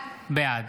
בעד